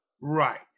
Right